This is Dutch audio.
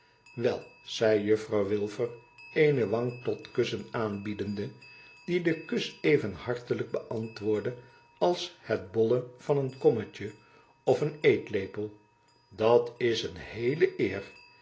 wel zei juffrouw wilfer eene wang tot kussen aanbiedende die de kus even hartelijk beantwoordde als het bolle van een kommetje of een eetlepel dat is eene heele eer